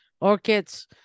orchids